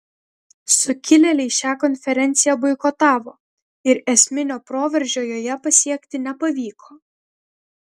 sukilėliai šią konferenciją boikotavo ir esminio proveržio joje pasiekti nepavyko